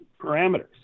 parameters